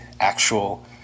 actual